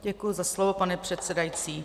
Děkuji za slovo, pane předsedající.